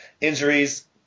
Injuries